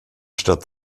stadt